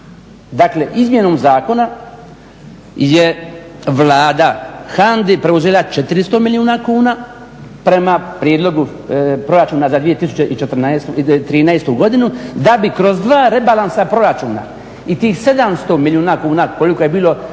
Dakle, izmjenom zakona je Vlada HANDA-i preuzela 400 milijuna kuna prema prijedlogu proračuna za 2013. godinu da bi kroz dva rebalansa proračuna i tih 700 milijuna kuna koliko je bilo